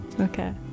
okay